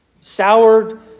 soured